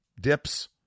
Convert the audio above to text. dips